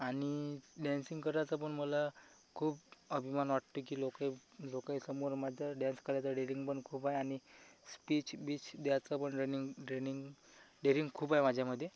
आणि डॅन्सिंग करायचा पण मला खूप अभिमान वाटते की लोकई लोकाईसमोर माझा डॅन्स कराचा डेअरिंग पण खूप आहे आणि स्पीच बीच द्यायचा पण ड्रेनिंग ट्रेनिंग डेअरिंग खूप आहे माझ्यामध्ये